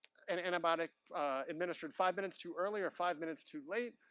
an antibiotic administered five minutes too early or five minutes too late.